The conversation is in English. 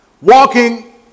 Walking